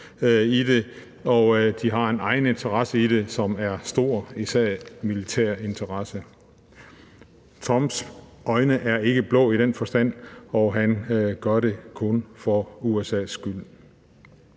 og de har en egeninteresse i det, som er stor – især en militær interesse. Trumps øjne er ikke blå i den forstand, og han kun gør det for USA's skyld.